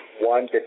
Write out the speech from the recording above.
one